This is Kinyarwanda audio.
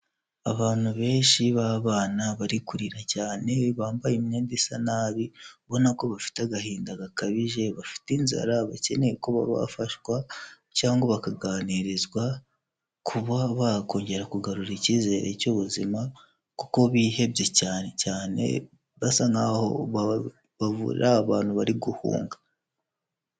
Abantu benshi b'abana bari kurira cyane, bambaye imyenda isa nabi, ubona ko bafite agahinda gakabije, bafite inzara bakeneye ko baba bafashwa cyangwa bakaganirizwa kuba bakongera kugarura icyizere cy'ubuzima, kuko bihebye cyane cyane, basa nk'aho baba ari abantu bari guhunga.